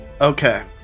Okay